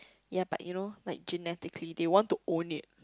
ya but you know like genetically they want to own it